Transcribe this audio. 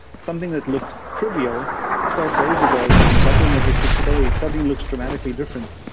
something that looked trivial twelve days ago but it's doubling every six days suddenly looks dramatically different.